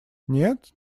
нет